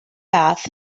bath